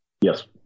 Yes